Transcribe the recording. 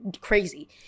crazy